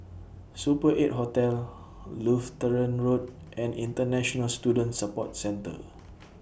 Super eight Hotel Lutheran Road and International Student Support Centre